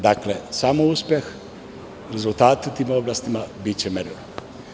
Dakle samo uspeh, rezultati u tim oblastima biće merilo.